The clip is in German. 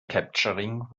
capturing